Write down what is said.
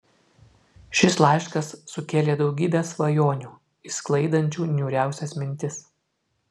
šis laiškas sukėlė daugybę svajonių išsklaidančių niūriausias mintis